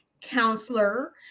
counselor